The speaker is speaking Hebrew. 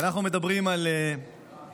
כשאנחנו מדברים על ניהול,